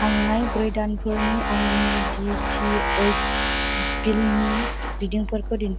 थांनाय ब्रै दानफोरनि आंनि डिटिएइस बिलनि रिडिंफोरखौ दिन्थि